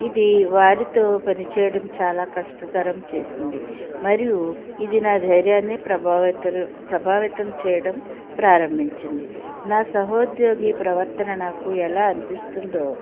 ఇది వారితో పనిచేయడం చాలా కష్టతరం చేసింది మరియు ఇది నా ధైర్యాన్ని ప్రభావితం ప్రభావితం చేయడం ప్రారంభించింది నా సహోద్యోగి ప్రవర్తన నాకు ఎలా అనిపిస్తుందో